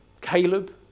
Caleb